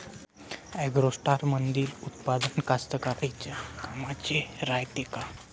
ॲग्रोस्टारमंदील उत्पादन कास्तकाराइच्या कामाचे रायते का?